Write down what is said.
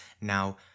now